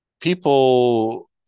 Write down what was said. people